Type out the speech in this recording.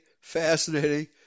fascinating